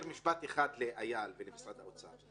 משפט אחד לאייל ולמשרד האוצר.